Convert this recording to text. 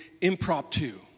impromptu